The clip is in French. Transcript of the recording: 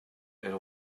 elle